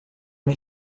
uma